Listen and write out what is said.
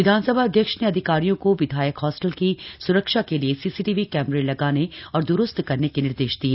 विधानसभा अध्यक्ष ने अधिकारियों को विधायक हॉस्टल की स्रक्षा के लिए सीसीटीवी कैमरे लगाने और द्रुस्त करने के निर्देश दिए